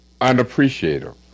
unappreciative